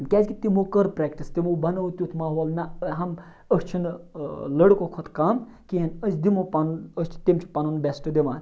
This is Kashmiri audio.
کیٛازِکہِ تِمو کٔر پرٛٮ۪کٹِس تِمو بَنوو تیُتھ ماحول نہ ہم أسۍ چھِنہٕ لٔڑکو کھۄتہٕ کَم کینٛہہ أسۍ دِمو پَنُن أسۍ چھِ تِم چھِ پَنُن بٮ۪سٹہٕ دِوان